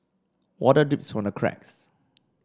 water drips from the cracks